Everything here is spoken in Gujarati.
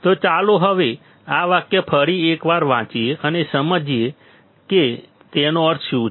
તો ચાલો હવે આ વાક્ય ફરી એકવાર વાંચીએ અને આપણે સમજીશું કે તેનો અર્થ શું છે